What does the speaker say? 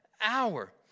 hour